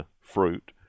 fruit